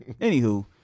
Anywho